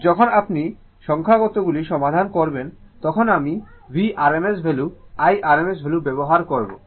আপনি যখন সংখ্যাসূচকগুলি সমাধান করবেন তখন আমি VRMS upon I rms বেবহার করবো